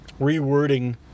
rewording